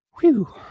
Whew